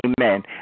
Amen